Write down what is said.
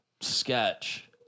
sketch